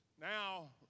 Now